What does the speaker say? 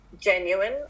genuine